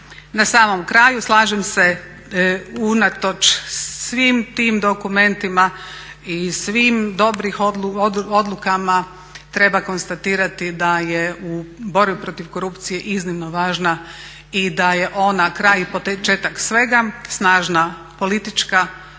Na samom kraju slažem se unatoč svim tim dokumentima i svim dobrim odlukama treba konstatirati da je u borbi protiv korupcije iznimno važna i da je ona kraj i početak svega, snažna politička,